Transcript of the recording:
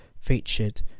featured